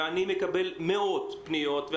מקבל מאות פניות.